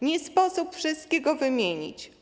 Nie sposób wszystkiego wymienić.